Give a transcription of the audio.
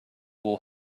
will